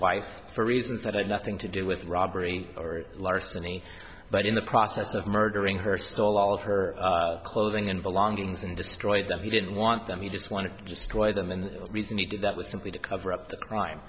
wife for reasons that had nothing to do with robbery or larceny but in the process of murdering her stole all of her clothing and belongings and destroyed them he didn't want them you just want to destroy them and the reason he did that was simply to cover up the crime